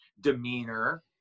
demeanor